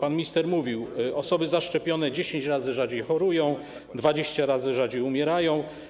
pan minister mówił, że osoby zaszczepione 10 razy rzadziej chorują, 20 razy rzadziej umierają.